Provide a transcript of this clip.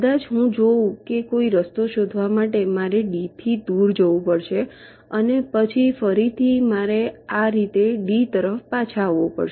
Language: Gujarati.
કદાચ હું જોઉં કે કોઈ રસ્તો શોધવા માટે મારે D થી દૂર જવું પડશે અને પછી ફરીથી મારે આ રીતે D તરફ પાછા આવવું પડશે